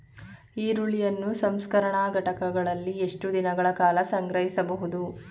ಈರುಳ್ಳಿಯನ್ನು ಸಂಸ್ಕರಣಾ ಘಟಕಗಳಲ್ಲಿ ಎಷ್ಟು ದಿನಗಳ ಕಾಲ ಸಂಗ್ರಹಿಸಬಹುದು?